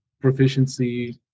proficiency